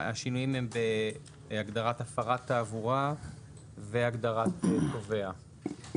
השינויים הם בהגדרת הפרת תעבורה והגדרת תובע.